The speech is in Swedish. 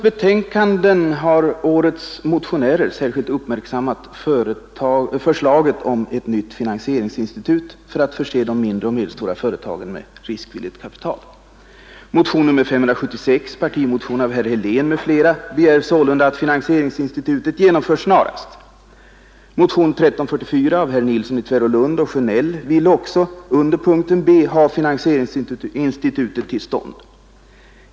Herrar Nilsson i Tvärålund och Sjönell vill också, enligt motionen 1344, punkten b, ha finansieringsinstitutet till stånd.